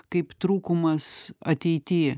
kaip trūkumas ateity